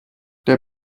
der